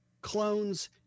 clones